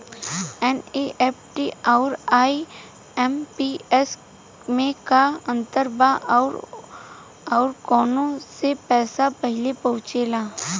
NEFT आउर IMPS मे का अंतर बा और आउर कौना से पैसा पहिले पहुंचेला?